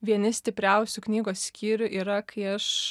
vieni stipriausių knygos skyrių yra kai aš